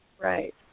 Right